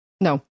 no